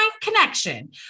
connection